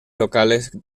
locales